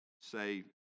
say